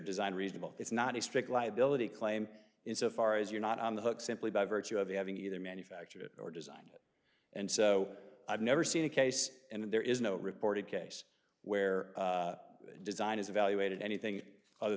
design reasonable it's not a strict liability claim insofar as you're not on the hook simply by virtue of having either manufactured it or design it and so i've never seen a case and there is no reported case where design is evaluated anything other